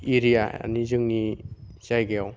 एरियानि जोंनि जायगायाव